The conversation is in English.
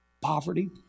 Poverty